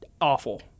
awful